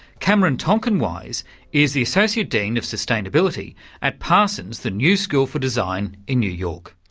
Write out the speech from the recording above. cameron tonkinwise is the associate dean of sustainability at parsons the new school for design in new york.